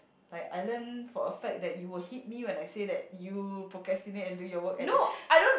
like I learned for a fact that you will hit me when I say that you procrastinate and do your work and then